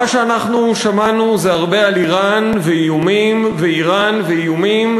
מה שאנחנו שמענו זה הרבה על איראן ואיומים ואיראן ואיומים,